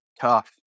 tough